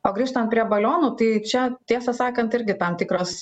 o grįžtant prie balionų tai čia tiesą sakant irgi tam tikras